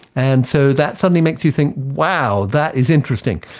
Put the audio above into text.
and so that suddenly makes you think, wow, that is interesting.